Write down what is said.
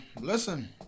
listen